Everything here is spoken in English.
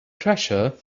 treasure